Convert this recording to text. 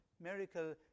miracle